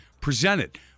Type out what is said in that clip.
presented